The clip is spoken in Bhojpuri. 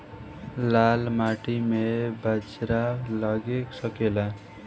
लाल माटी मे बाजरा लग सकेला?